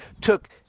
took